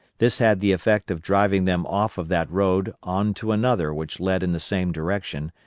this had the effect of driving them off of that road on to another which led in the same direction,